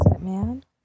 man